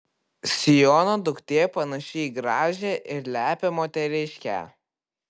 siono duktė panaši į gražią ir lepią moteriškę